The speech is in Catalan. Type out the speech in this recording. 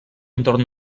entorn